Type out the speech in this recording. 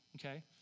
okay